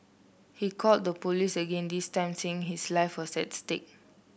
he called the police again this time saying his life was at stake